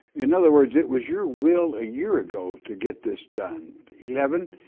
in other word, it was your will a year ago to get this done. eleven,